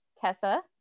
Tessa